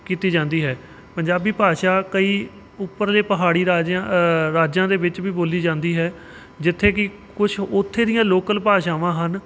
ਕੀਤੀ ਜਾਂਦੀ ਹੈ ਪੰਜਾਬੀ ਭਾਸ਼ਾ ਕਈ ਉੱਪਰਲੇ ਪਹਾੜੀ ਰਾਜਿਆਂ ਰਾਜਾ ਦੇ ਵਿੱਚ ਵੀ ਬੋਲੀ ਜਾਂਦੀ ਹੈ ਜਿੱਥੇ ਕਿ ਕੁਛ ਉੱਥੇ ਦੀਆਂ ਲੋਕਲ ਭਾਸ਼ਾਵਾਂ ਹਨ